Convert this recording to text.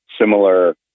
similar